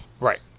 Right